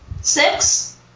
Six